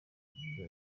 rurerure